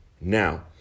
Now